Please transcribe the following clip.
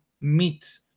meet